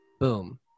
Boom